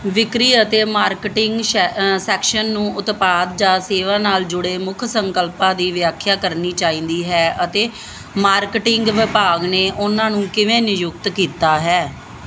ਵਿਕਰੀ ਅਤੇ ਮਾਰਕੀਟਿੰਗ ਸ਼ੈ ਅ ਸੈਕਸ਼ਨ ਨੂੰ ਉਤਪਾਦ ਜਾਂ ਸੇਵਾ ਨਾਲ ਜੁੜੇ ਮੁੱਖ ਸੰਕਲਪਾਂ ਦੀ ਵਿਆਖਿਆ ਕਰਨੀ ਚਾਹੀਦੀ ਹੈ ਅਤੇ ਮਾਰਕੀਟਿੰਗ ਵਿਭਾਗ ਨੇ ਉਨ੍ਹਾਂ ਨੂੰ ਕਿਵੇਂ ਨਿਯੁਕਤ ਕੀਤਾ ਹੈ